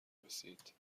نویسید